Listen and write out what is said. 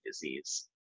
disease